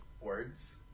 Words